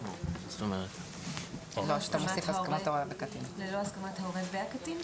ללא הסכמת ההורה והקטין?